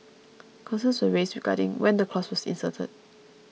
concerns were raised regarding when the clause was inserted